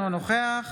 אינו נוכח